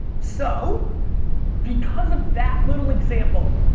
so because of that little example,